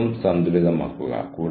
അവർ അത് പങ്കിടാൻ ആഗ്രഹിക്കുന്നില്ല